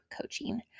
coaching